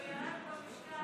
הוא ירד במשקל.